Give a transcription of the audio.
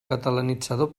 catalanitzador